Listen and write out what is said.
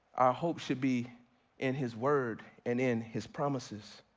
hope should be in his word and in his promises.